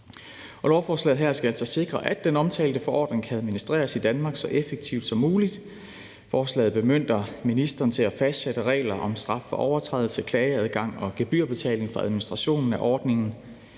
Lovforslaget skal altså sikre, at den omtalte forordning kan administreres i Danmark så effektivt som muligt. Forslaget bemyndiger ministeren til at fastsætte regler om straf for overtrædelse, klageadgang og gebyrbetaling for administrationen af ordningen.